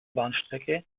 bahnstrecke